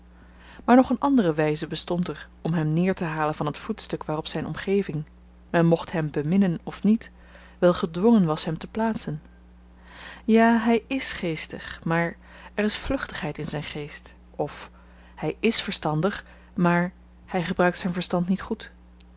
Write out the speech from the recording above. maar nog een andere wyze bestond er om hem neertehalen van t voetstuk waarop zyn omgeving men mocht hem beminnen of niet wel gedwongen was hem te plaatsen ja hy is geestig maar er is vluchtigheid in zyn geest of hy is verstandig maar hy gebruikt zyn verstand niet goed